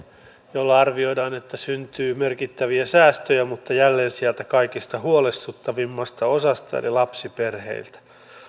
jolla arvioidaan syntyvän merkittäviä säästöjä mutta jälleen sieltä kaikista huolestuttavimmasta osasta eli lapsiperheiltä